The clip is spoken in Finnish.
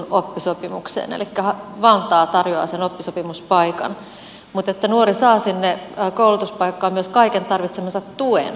elikkä vantaa tarjoaa sen oppisopimuspaikan mutta nuori saa sinne koulutuspaikkaan myös kaiken tarvitsemansa tuen